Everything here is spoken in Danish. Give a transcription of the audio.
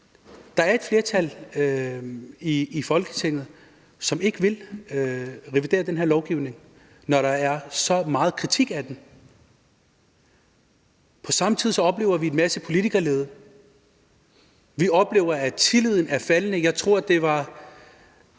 der er et flertal i Folketinget, som ikke vil revidere den her lovgivning, selv om der er så meget kritik af den. Samtidig oplever vi en masse politikerlede, vi oplever, at tilliden er faldende – jeg tror, det var